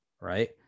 right